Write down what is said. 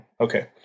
Okay